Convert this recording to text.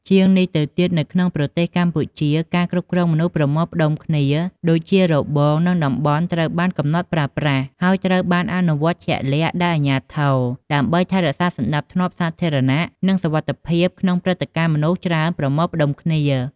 ជាងនេះទៅទៀត នៅក្នុងប្រទេសកម្ពុជាការគ្រប់គ្រងមនុស្សប្រមូលផ្ដុំ និងតំបន់ដែលត្រូវបានកំណត់ប្រើប្រាស់ ត្រូវបានអនុវត្តជាក់លាក់ដោយអាជ្ញាធរដើម្បីថែរក្សាសណ្ដាប់ធ្នាប់សាធារណៈ និងសុវត្ថិភាព ក្នុងព្រឹត្តិការណ៍មនុស្សច្រើនប្រមូលផ្តុំគ្នា។